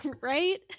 right